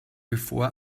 bevor